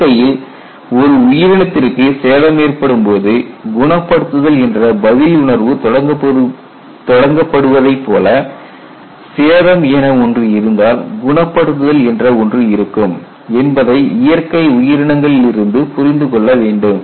இயற்கையில் ஒரு உயிரினத்திற்கு சேதம் ஏற்படும் போது குணப்படுத்துதல் என்று பதில் உணர்வு தொடங்க படுவதைப் போல் சேதம் என ஒன்று இருந்தால் குணப்படுத்துதல் என்ற ஒன்று இருக்கும் என்பதை இயற்கை உயிரினங்களில் இருந்து புரிந்து கொள்ள வேண்டும்